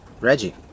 Reggie